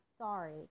sorry